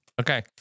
Okay